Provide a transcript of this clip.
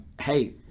hey